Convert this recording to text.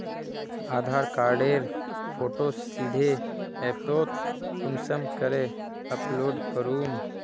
आधार कार्डेर फोटो सीधे ऐपोत कुंसम करे अपलोड करूम?